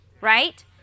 Right